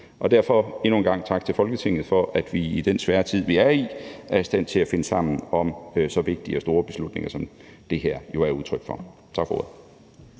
Derfor endnu en gang tak til Folketinget for, at vi i den svære tid, vi er i, er i stand til at finde sammen om så vigtige og store beslutninger, som det her jo er udtryk for. Tak for ordet.